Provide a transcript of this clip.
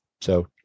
So-